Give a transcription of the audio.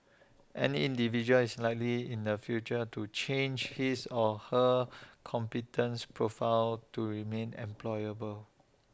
any individual is likely in the future to change his or her competence profile to remain employable